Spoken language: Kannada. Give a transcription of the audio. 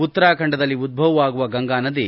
ಉತ್ತರಾಖಂಡದಲ್ಲಿ ಉದ್ದವವಾಗುವ ಗಂಗಾನದಿ